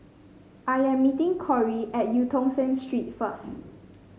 I am meeting Corie at Eu Tong Sen Street first